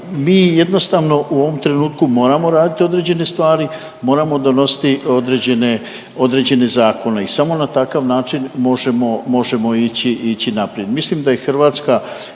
mi jednostavno u ovom trenutku moramo raditi određene stvari, moramo donositi određene zakone. IO samo na takav način možemo ići naprijed. Mislim da i Hrvatska